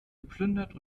geplündert